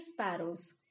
sparrows